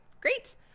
great